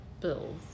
bills